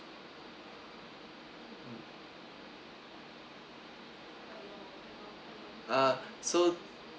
uh so